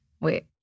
wait